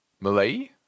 Malay